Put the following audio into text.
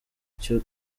icyo